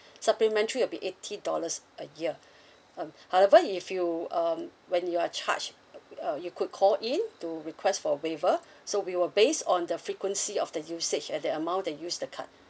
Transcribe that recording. supplementary will be eighty dollars a year um however if you um when you are charged um uh you could call in to request for a waiver so we will base on the frequency of the usage and the amount that you use the card